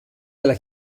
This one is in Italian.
della